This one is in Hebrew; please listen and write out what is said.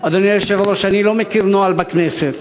אדוני היושב-ראש, אני לא מכיר נוהל בכנסת